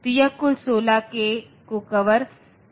तो यह कुल 16 k को कवर करता है